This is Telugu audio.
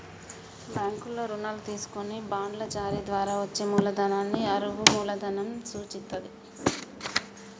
బ్యాంకుల్లో రుణాలు తీసుకొని బాండ్ల జారీ ద్వారా వచ్చే మూలధనాన్ని అరువు మూలధనం సూచిత్తది